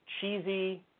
cheesy